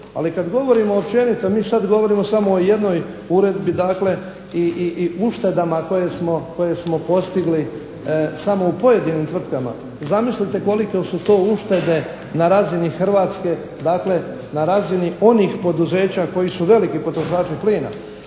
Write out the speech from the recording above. ali kada govorimo općenito mi sada govorimo o jednoj uredbi, dakle, i uštedama koje smo postigli samo u pojedinim tvrtkama. Zamislite koliko su to uštede na razini Hrvatske, na razini onih poduzeća koji su veliki potrošači plina,